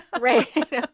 right